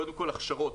קודם כול, הכשרות.